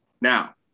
Now